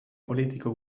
politiko